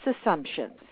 assumptions